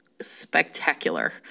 spectacular